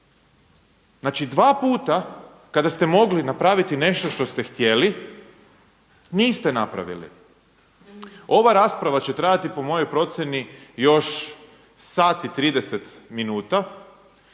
Znači, dva puta kada ste mogli napraviti nešto što ste htjeli, niste napravili. Ova rasprava će trajati po mojoj procjeni još sat i 30 minuta.